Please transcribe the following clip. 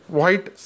white